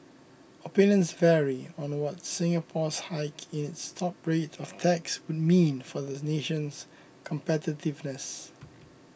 opinions vary on what Singapore's hike in its top rate of tax would mean for the nation's competitiveness